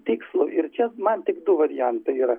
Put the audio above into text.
tikslų ir čia man tik du variantai yra